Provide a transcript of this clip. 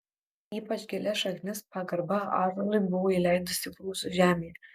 ypač gilias šaknis pagarba ąžuolui buvo įleidusi prūsų žemėje